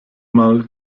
mal